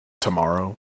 tomorrow